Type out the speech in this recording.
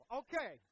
okay